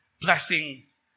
blessings